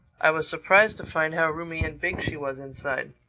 i was surprised to find how roomy and big she was inside.